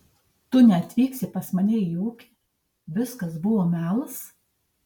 tu neatvyksi pas mane į ūkį viskas buvo melas